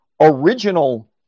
original